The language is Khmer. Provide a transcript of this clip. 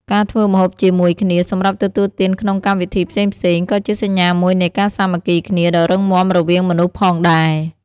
ការធ្វើម្ហូបជាមួយគ្នាសម្រាប់ទទួលទានក្នុងកម្មវិធីផ្សេងៗ ក៏ជាសញ្ញាមួយនៃការសាមគ្គីគ្នាដ៏រឹងមាំរវាងមនុស្សផងដែរ។